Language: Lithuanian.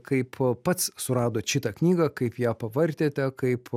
kaip pats suradot šitą knygą kaip ją pavartėte kaip